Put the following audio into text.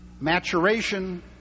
Maturation